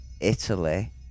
Italy